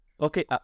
Okay